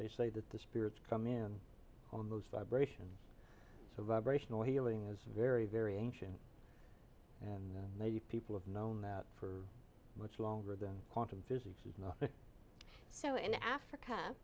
ey say that the spirits come in on those vibrations so vibrational healing is very very ancient and many people have known that for much longer than quantum physics is not so in africa